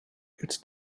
its